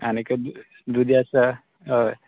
आनीक दुदी आसा हय